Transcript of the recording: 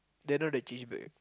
then now they change back